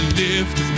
lift